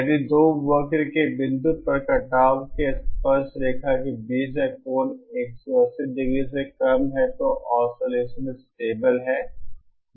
यदि दो वक्र के बिंदु पर का कटाव के स्पर्शरेखा के बीच का कोण 180 डिग्री से कम है तो ऑसिलेसन स्टेबल है